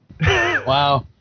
Wow